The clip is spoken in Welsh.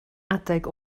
adeg